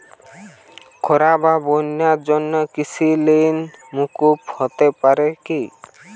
খরা বা বন্যার জন্য কৃষিঋণ মূকুপ হতে পারে কি?